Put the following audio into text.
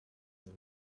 they